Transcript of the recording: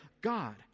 God